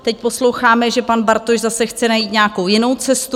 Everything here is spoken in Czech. Teď posloucháme, že pan Bartoš zase chce najít nějakou jinou cestu.